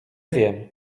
wiem